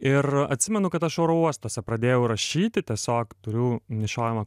ir atsimenu kad aš oro uostuose pradėjau rašyti tiesiog turiu nešiojamą